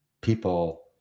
people